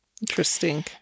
Interesting